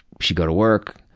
she'd go to work,